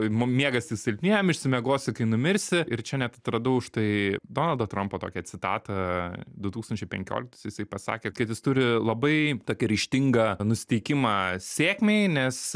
mum miegas tik silpniem išsimiegosi kai numirsi ir čia net radau štai donaldo trampo tokią citatą du tūkstančiai penkioliktais jisai pasakė kad jis turi labai tokį ryžtingą nusiteikimą sėkmei nes